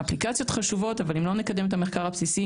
האפליקציות חשובות אבל אם לא נקדם את המחקר הבסיסי